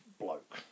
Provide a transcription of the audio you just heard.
bloke